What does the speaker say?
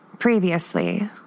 Previously